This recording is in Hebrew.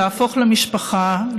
להפוך למשפחה,